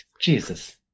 Jesus